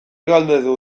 galdetu